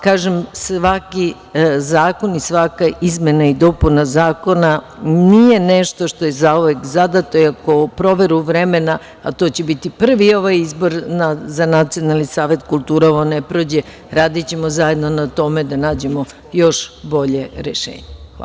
Kažem, svaki zakon i svaka izmena i dopunama zakona nije nešto što je zauvek zadato, iako proveru vremena, a to će biti prvi ovaj izbor za Nacionalni savet kulture, ovo ne prođe, radićemo zajedno na tome da nađemo još bolje rešenje.